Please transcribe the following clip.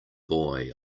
boy